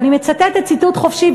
ואני מצטטת ציטוט חופשי,